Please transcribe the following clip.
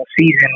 season